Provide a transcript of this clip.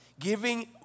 Giving